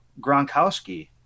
Gronkowski